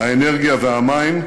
האנרגיה והמים,